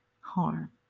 harm